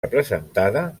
representada